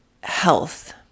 health